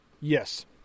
Yes